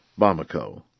Bamako